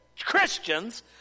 Christians